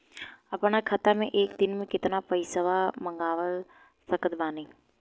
अपना खाता मे एक दिन मे केतना पईसा मँगवा सकत बानी?